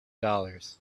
dollars